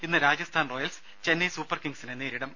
ഇന്ന് Rajasthan Royals Chennai super കിങ്സിനെ നേരിടും